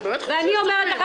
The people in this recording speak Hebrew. ואני אומרת לך,